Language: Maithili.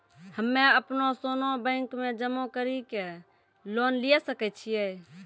हम्मय अपनो सोना बैंक मे जमा कड़ी के लोन लिये सकय छियै?